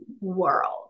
world